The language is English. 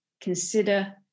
Consider